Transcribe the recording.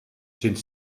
sint